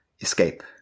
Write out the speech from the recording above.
escape